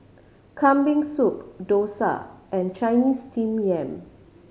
Kambing Soup dosa and Chinese Steamed Yam